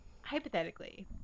hypothetically